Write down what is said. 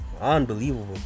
unbelievable